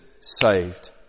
saved